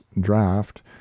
draft